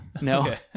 No